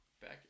Back